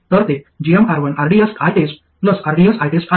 तर ते gmR1rdsITEST rdsITEST आहे